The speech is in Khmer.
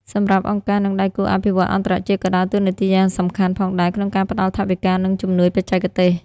សម្រាប់ អង្គការ និងដៃគូអភិវឌ្ឍន៍អន្តរជាតិក៏ដើរតួនាទីយ៉ាងសំខាន់ផងដែរក្នុងការផ្តល់ ថវិកា និងជំនួយបច្ចេកទេស។